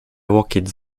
łokieć